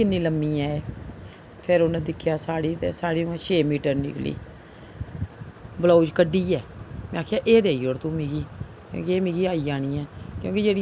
कि'न्नी ल'म्मी ऐ एह् फिर उ'नें दिक्खेआ साड़ी साड़ी छे मीटर निकली ब्लाउज़ कड्ढियै में आखेआ एह् देई ओड़ तू मिगी एह् मिगी आई जानी ऐ क्योंकि जेह्ड़िया बाजार